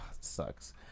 sucks